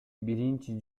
биринчи